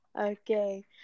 Okay